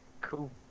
Cool